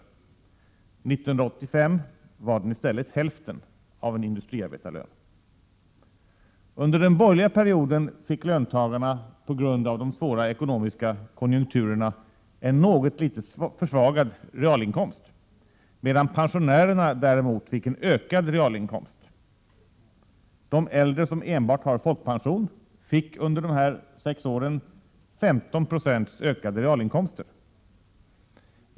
1985 motsvarade den i stället hälften av en industriarbetarlön. Under den borgerliga perioden fick löntagarna på grund av de svåra ekonomiska konjunkturerna en något försvagad realinkomst. Pensionärerna däremot fick en ökad realinkomst. De äldre som enbart har folkpension fick under de här sex åren 15 26 ökade realinkomster.